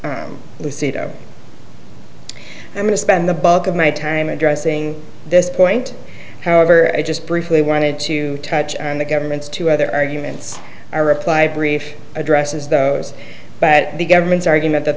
luisita i'm going to spend the bulk of my time addressing this point however i just briefly wanted to touch on the government's two other arguments i reply brief addresses those but the government's argument that